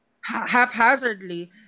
haphazardly